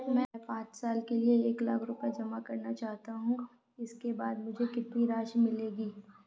मैं पाँच साल के लिए एक लाख रूपए जमा करना चाहता हूँ इसके बाद मुझे कितनी राशि मिलेगी?